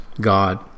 God